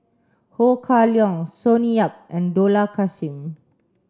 Ho Kah Leong Sonny Yap and Dollah Kassim